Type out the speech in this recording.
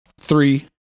Three